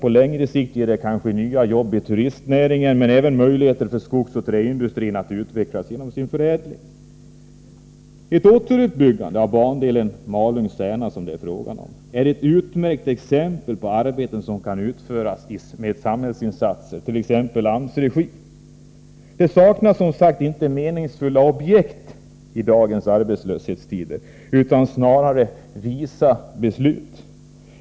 På längre sikt gäller det nya jobb i turistnäringen men även möjligheter för skogsoch träindustrin att utvecklas genom förädling. Ett återuppbyggande av bandelen Malung-Särna, som det är fråga om, är ett utmärkt exempel på arbeten som kan utföras med samhällsinsatser, t.ex. i AMS-regi. Det saknas som sagt inte meningsfulla objekt i dagens arbetslöshetstider utan snarare visa beslut.